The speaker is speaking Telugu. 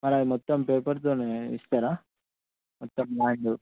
మరాద్ మొత్తం పేపర్తోనే ఇస్తారా మొత్తం ల్యాండ్